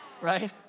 right